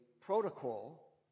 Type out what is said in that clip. protocol